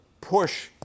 push